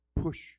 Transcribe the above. push